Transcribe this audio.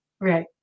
Right